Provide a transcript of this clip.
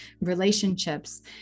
relationships